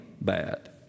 bad